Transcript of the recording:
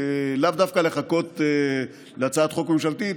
לאו דווקא לחכות להצעת חוק ממשלתית.